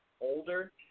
older